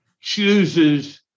chooses